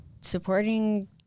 supporting